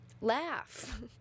laugh